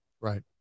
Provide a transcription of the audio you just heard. Right